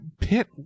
pit